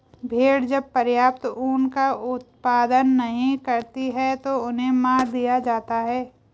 भेड़ें जब पर्याप्त ऊन का उत्पादन नहीं करती हैं तो उन्हें मार दिया जाता है